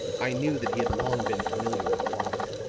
i knew that he had long been familiar with locke,